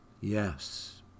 Yes